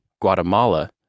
guatemala